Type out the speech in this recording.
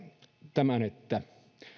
tämän että